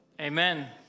Amen